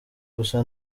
gusa